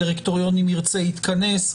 אם הדירקטוריון ירצה הוא יתכנס.